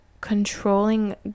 controlling